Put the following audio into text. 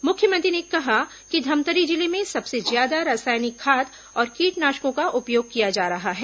मुख्यमंत्री ने कहा कि धमतरी जिले में सबसे ज्यादा रासायनिक खाद और कीटनाशकों का उपयोग किया जा रहा है